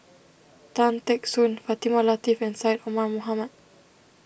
Tan Teck Soon Fatimah Lateef and Syed Omar Mohamed